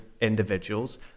individuals